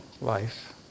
life